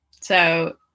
So-